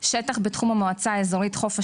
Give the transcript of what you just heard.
שטח בתחום המועצה האזורית חוף השרון,